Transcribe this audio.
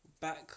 Back